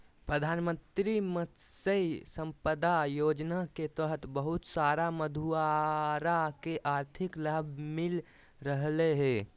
प्रधानमंत्री मत्स्य संपदा योजना के तहत बहुत सारा मछुआरा के आर्थिक लाभ मिल रहलय हें